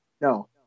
No